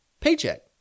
paycheck